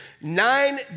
nine